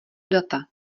data